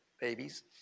babies